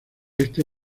este